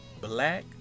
black